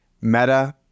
Meta